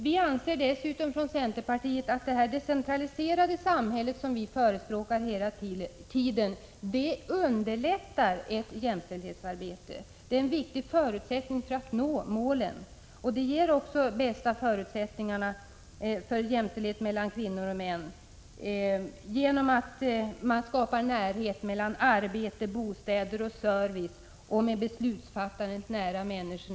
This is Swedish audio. Vi från centern anser vidare att det decentraliserade samhället, som vi hela tiden förespråkar, underlättar ett jämställdhetsarbete. Det är en viktig förutsättning för att nå målen. Det ger också de bästa förutsättningarna för jämställdhet mellan kvinnor och män genom att det skapas närhet till arbete, — Prot. 1986/87:31 bostäder och service med beslutsfattarna nära människor.